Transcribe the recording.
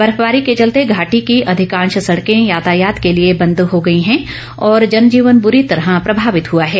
बर्फवारी के चलते घाटी की अधिकांश सड़कें यातायात के लिए बंद हो गई है और जनजीवन ब्रुरी तरह प्रभावित हुआ है